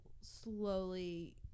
slowly